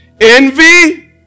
Envy